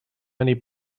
many